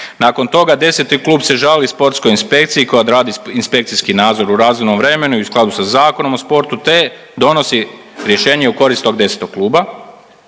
Nakon toga 10 klub se žali sportskoj inspekciji koja odradi inspekcijski nadzor u razumnom vremenu i u skladu sa Zakonom o sportu te donosi rješenje u korist tog 10 kluba.